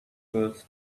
worth